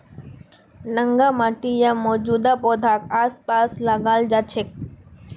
नंगा माटी या मौजूदा पौधाक आसपास लगाल जा छेक